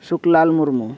Suklal Murmu